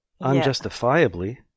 unjustifiably